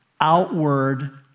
outward